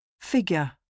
Figure